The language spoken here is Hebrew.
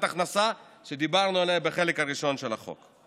הכנסה שדיברנו עליה בחלק הראשון של החוק.